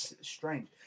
strange